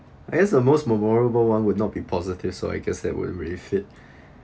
I guess the most memorable one would not be positive so I guess that would really fit